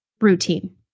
Routine